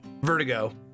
Vertigo